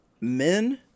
Men